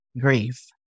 grief